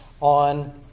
on